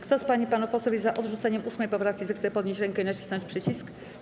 Kto z pań i panów posłów jest za odrzuceniem 8. poprawki, zechce podnieść rękę i nacisnąć przycisk.